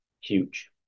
huge